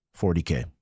40K